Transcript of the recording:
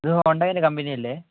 ഇത് ഹോണ്ടയിൻ്റെ കമ്പനിയല്ലേ